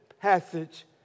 passage